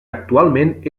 actualment